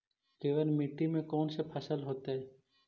केवल मिट्टी में कौन से फसल होतै?